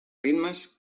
ritmes